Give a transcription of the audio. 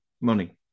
money